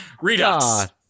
Redux